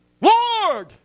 Lord